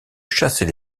chasser